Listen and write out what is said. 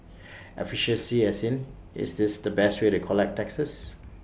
efficiency as in is this the best way to collect taxes